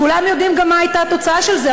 כולם יודעים גם מה הייתה התוצאה של זה,